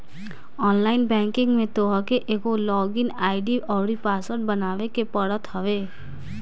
online banking में तोहके एगो लॉग इन आई.डी अउरी पासवर्ड बनावे के पड़त हवे